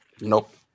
nope